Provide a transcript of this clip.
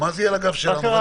זה יהיה על הגב שלנו.